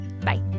Bye